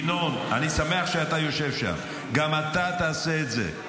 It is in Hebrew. ינון, אני שמח שאתה יושב שם, גם אתה תעשה את זה.